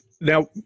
now